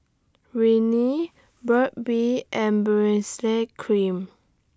Rene Burt's Bee and Cream